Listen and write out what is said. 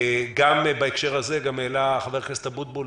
בהקשר הזה העלה חבר הכנסת אבוטבול,